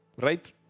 Right